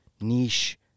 niche